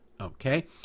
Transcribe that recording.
Okay